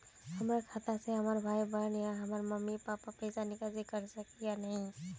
हमरा खाता से हमर भाई बहन या हमर मम्मी पापा पैसा निकासी कर सके है या नहीं?